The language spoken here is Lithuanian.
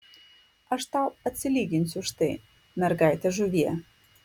aš tau atsilyginsiu už tai mergaite žuvie